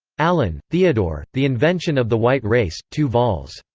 allen theodore, the invention of the white race, two vols.